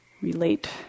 relate